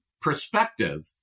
perspective